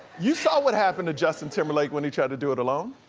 you saw what happened to justin timberlake when he tried to do it alone.